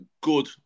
good